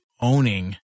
owning